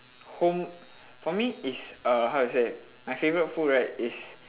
home for me is err how to say my favourite food right is